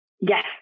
Yes